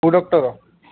କେଉଁ ଡକ୍ଟର